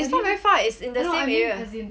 it's not very far it's in the same area